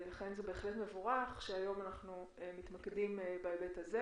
לכן זה בהחלט מבורך שהיום אנחנו מתמקדים בהיבט הזה,